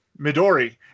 Midori